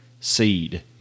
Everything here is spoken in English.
seed